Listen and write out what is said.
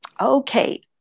Okay